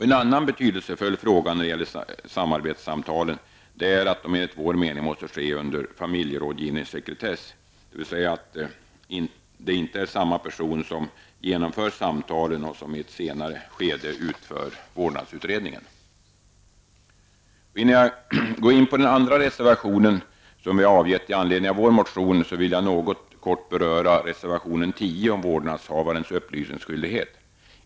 En annan betydelsefull fråga när det gäller samarbetssamtalen är att de enligt vår mening måste ske under familjerådgivningssekretess, dvs. att det inte är samma person som både genomför samtalen och som i ett senare skede utför vårdnadsutredningen. Innan jag går in på den andra reservation som vi avgett i anledning av vår motion, vill jag kort beröra reservationen 10 om vårdnadshavarens upplysningsskyldighet.